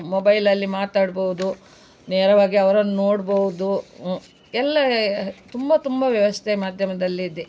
ಮೊಬೈಲಲ್ಲಿ ಮಾತಾಡ್ಬೋದು ನೇರವಾಗಿ ಅವ್ರನ್ನು ನೋಡ್ಬೋದು ಎಲ್ಲ ತುಂಬ ತುಂಬ ವ್ಯವಸ್ಥೆ ಮಾಧ್ಯಮದಲ್ಲಿದೆ